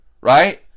Right